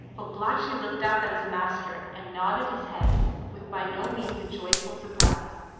babalatchi looked up at his master and nodded his head with by no means a joyful surprise.